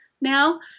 now